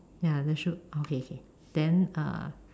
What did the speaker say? ya the shoe oh okay okay then uh